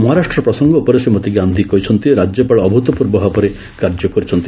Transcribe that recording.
ମହାରାଷ୍ଟ୍ର ପ୍ରସଙ୍ଗ ଉପରେ ଶ୍ରୀମତୀ ଗାନ୍ଧି କହିଛନ୍ତି ରାଜ୍ୟପାଳ ଅଭୂତପୂର୍ବ ଭାବରେ କାର୍ଯ୍ୟ କରିଛନ୍ତି